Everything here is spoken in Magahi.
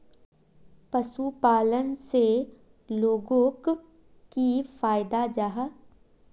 पशुपालन से लोगोक की फायदा जाहा?